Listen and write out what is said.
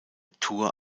tours